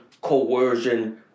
Coercion